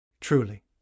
Truly